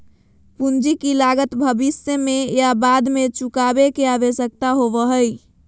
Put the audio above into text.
पूंजी की लागत भविष्य में या बाद में चुकावे के आवश्यकता होबय हइ